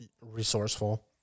resourceful